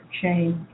change